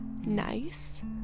nice